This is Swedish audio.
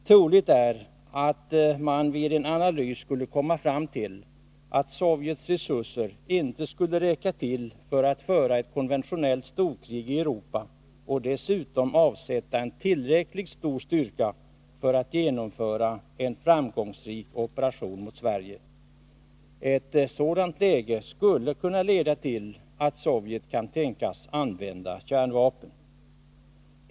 Troligt är att man vid en analys skulle komma fram till att Sovjets resurser inte skulle räcka till för att föra ett konventionellt storkrig i Europa och dessutom avsätta en tillräckligt stor styrka för att genomföra en framgångsrik operation mot Sverige. Ett sådant läge skulle kunna leda till att Sovjet kunde tänkas använda kärnvapen.